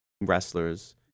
wrestlers